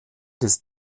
des